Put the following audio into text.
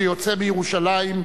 שיוצא מירושלים,